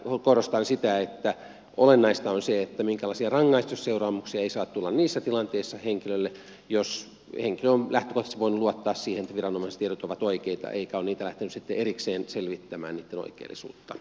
korostan sitä että olennaista on se että minkäänlaisia rangaistusseuraamuksia ei saa tulla niissä tilanteissa henkilölle jos henkilö on lähtökohtaisesti voinut luottaa siihen että viranomaisen tiedot ovat oikeita eikä ole lähtenyt sitten erikseen selvittämään niitten oikeellisuutta